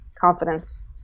Confidence